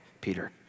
Peter